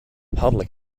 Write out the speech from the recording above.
public